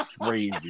Crazy